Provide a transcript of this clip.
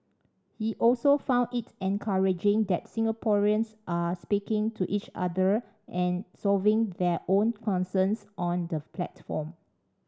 he also found it encouraging that Singaporeans are speaking to each other and solving their own concerns on the platform